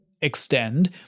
extend